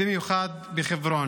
במיוחד בחברון.